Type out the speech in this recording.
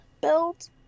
build